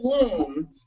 bloom